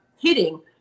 hitting